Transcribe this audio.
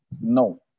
No